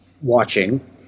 watching